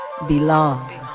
belong